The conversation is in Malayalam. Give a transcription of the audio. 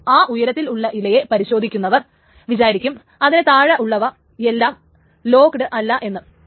അപ്പോൾ ആ ഉയരത്തിൽ ഉള്ള ഇലയെ പരിശോധിക്കുന്നവർ വിചാരിക്കും അതിനു താഴെ ഉള്ളവ എല്ലാം ലോക്ക്ഡ് അല്ലാ എന്ന്